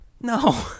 No